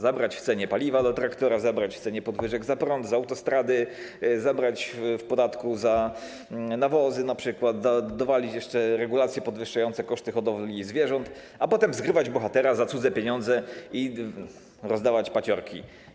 Zabrać - w cenie paliwa do traktora, w cenie podwyżek za prąd, za autostrady, w podatku za np. nawozy, dowalić jeszcze regulacje podwyższające koszty hodowli zwierząt, a potem zgrywać bohatera za cudze pieniądze i rozdawać paciorki.